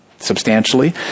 Substantially